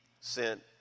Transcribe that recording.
sent